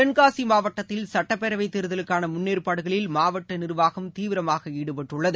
தென்காசிமாவட்டத்தில் சட்டப்பேரவைத் தேர்தலுக்கானமுன்னேற்பாடுகளில் மாவட்டநிர்வாகம் தீவிரமாகஈடுபட்டுள்ளது